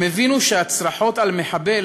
הם הבינו שהצרחות על "מחבל",